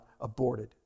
aborted